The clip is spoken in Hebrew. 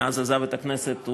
ומאז עזב את הכנסת,